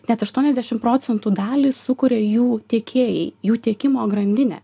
net aštuoniasdešimt procentų dalį sukuria jų tiekėjai jų tiekimo grandinė